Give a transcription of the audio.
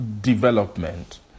development